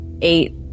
eight